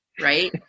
Right